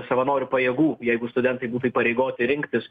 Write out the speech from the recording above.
savanorių pajėgų jeigu studentai būtų įpareigoti rinktis